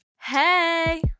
Hey